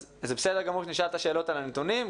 אז זה בסדר גמור שנשאל את השאלות על הנתונים,